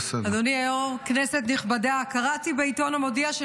אדוני היו"ר, כנסת נכבדה, קראתי בעיתון המודיע של